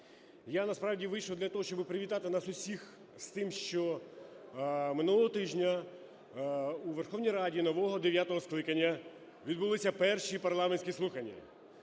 я насправді вийшов для того, щоб привітати нас всіх з тим, що минулого тижня у Верховній Раді нового, дев'ятого скликання відбулися перші парламентські слухання.